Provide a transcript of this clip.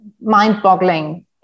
mind-boggling